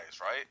right